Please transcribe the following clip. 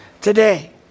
Today